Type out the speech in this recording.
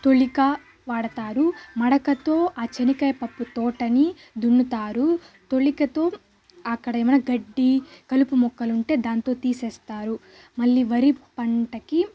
తులిక వాడతారు మడకతో ఆ శనగకాయ పప్పు తోటని దున్నుతారు తులికతో అక్కడేమైనా గడ్డి కలుపు మొక్కలు ఉంటే దాంతో తీసేస్తారు మళ్ళీ వరి పంటకి